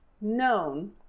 known